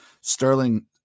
Sterling